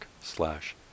slash